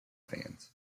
fans